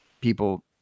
people